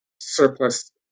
surplus